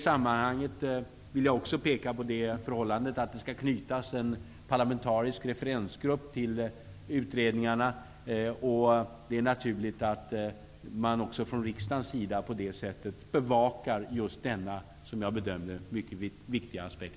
Jag vill också peka på det förhållandet att det skall knytas en parlamentarisk referensgrupp till utredningarna, och det är naturligt att man också från riksdagens sida på det sättet bevakar just denna, som jag bedömer det, mycket viktiga aspekt.